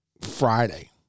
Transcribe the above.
Friday